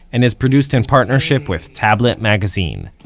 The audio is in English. and is produced in partnership with tablet magazine.